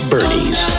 Bernie's